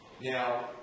Now